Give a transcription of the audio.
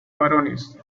varones